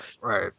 Right